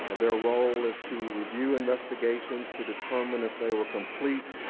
ah their role is to review investigations to determine if they were complete,